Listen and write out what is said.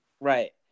Right